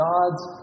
God's